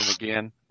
again